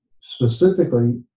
specifically